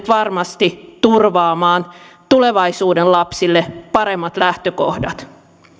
varmasti turvaamaan tulevaisuuden lapsille paremmat lähtökohdat